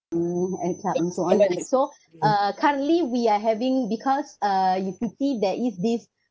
and it's so uh currently we are having because uh due to pe~ there is this